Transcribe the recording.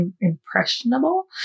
impressionable